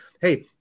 Hey